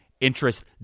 interest